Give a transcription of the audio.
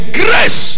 grace